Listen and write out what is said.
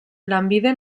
lanbide